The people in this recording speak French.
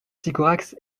sycorax